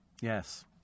Yes